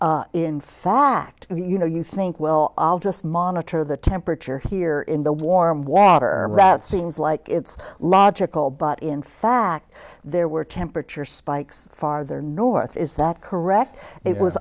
in fact you know you think well i'll just monitor the temperature here in the warm water rat seems like it's logical but in fact there were temperature spikes farther north is that correct it was